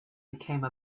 became